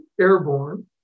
airborne